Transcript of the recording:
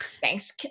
thanks